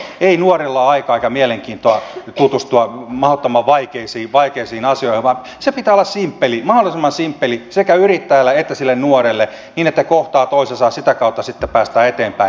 ei nuorilla ole aikaa eikä mielenkiintoa tutustua mahdottoman vaikeisiin asioihin vaan sen pitää olla mahdollisimman simppeli sekä yrittäjälle että sille nuorelle niin että he kohtaavat toisensa ja sitä kautta sitten päästään eteenpäin